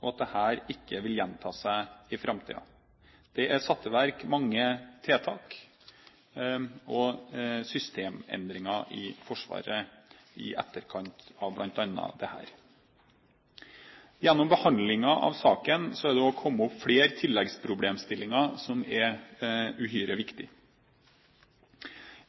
og at dette ikke vil gjenta seg i framtiden. Det er satt i verk mange tiltak og systemendringer i Forsvaret i etterkant av bl.a. dette. Gjennom behandlingen av saken er det kommet opp flere tilleggsproblemstillinger som er uhyre viktige.